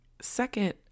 second